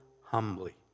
humbly